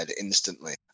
instantly